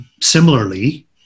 Similarly